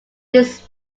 this